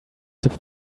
have